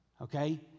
Okay